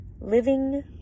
Living